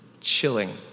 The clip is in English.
Chilling